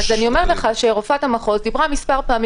כשההסכמות והוראות מפורטות לא מבוצעות כמו